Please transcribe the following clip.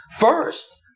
first